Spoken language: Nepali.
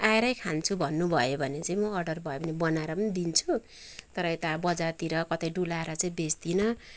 आएरै खान्छु भन्नुभयो भने चाहिँ म अर्डर भयो भने बनाएर पनि दिन्छु तर यता बजारतिर कतै डुलाएर चाहिँ बेच्दिनँ